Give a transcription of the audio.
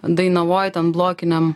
dainavoj ten blokiniam